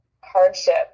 hardship